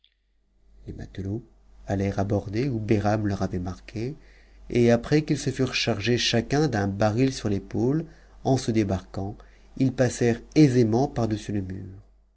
les matelots allèrent aborder où behram leur avait marqué et s se furent chargés chacun d'un baril sur t'épaute eu se t'ant ils passeront aisément par-dessus le mur